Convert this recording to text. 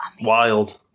wild